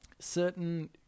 Certain